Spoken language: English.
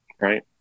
right